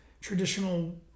traditional